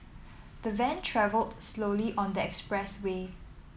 the van travelled slowly on the expressway